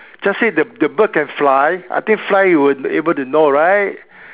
just say the the bird can fly I think fly he will be able to know right